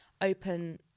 open